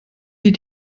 die